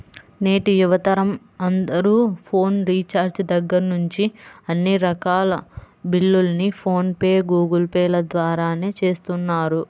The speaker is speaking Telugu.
నేటి యువతరం అందరూ ఫోన్ రీఛార్జి దగ్గర్నుంచి అన్ని రకాల బిల్లుల్ని ఫోన్ పే, గూగుల్ పే ల ద్వారానే చేస్తున్నారు